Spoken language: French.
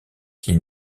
qui